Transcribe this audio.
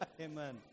Amen